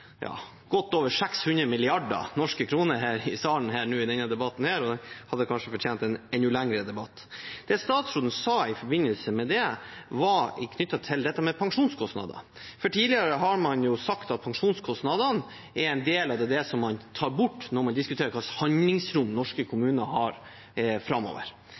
hadde kanskje fortjent en enda lengre debatt. Det statsråden sa i forbindelse med det, var knyttet til pensjonskostnader. Tidligere har man sagt at pensjonskostnadene er en del av det man tar bort når man diskuterer hva slags handlingsrom norske kommuner har framover.